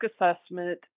assessment